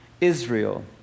Israel